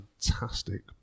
fantastic